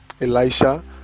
elisha